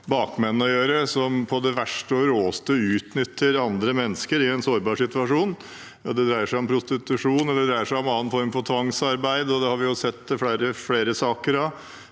bakmenn å gjøre, som på det verste og råeste utnytter andre mennesker i en sårbar situasjon. Det dreier seg om prostitusjon, og det dreier seg om annen form for tvangsarbeid. Der har vi sett flere saker.